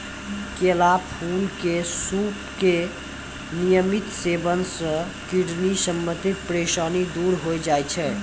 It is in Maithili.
केला फूल के सूप के नियमित सेवन सॅ किडनी संबंधित परेशानी दूर होय जाय छै